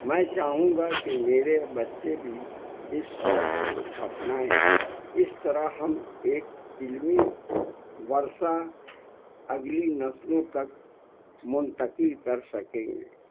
میں چاہوں گا کہ میرے بچے بھی اس شوق کو اپنائیں اس طرح ہم ایک علمی ورثہ اگلی نسلوں تک منتقل کر سکیں گے